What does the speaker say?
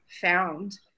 found